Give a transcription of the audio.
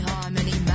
Harmony